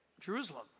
Jerusalem